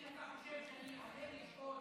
אם אתה חושב שאני עולה לשאול,